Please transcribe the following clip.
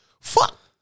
Fuck